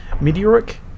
meteoric